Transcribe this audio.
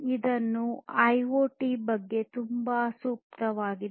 ಇದು ಐಒಟಿ ಗೆ ತುಂಬಾ ಸೂಕ್ತವಾಗಿದೆ